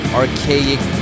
archaic